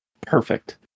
perfect